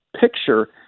picture